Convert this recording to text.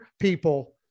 people